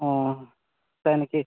ᱚᱸᱻ ᱛᱟᱭᱱᱟᱠᱤ